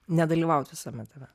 nedalyvaut visame tame